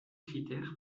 critères